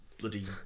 bloody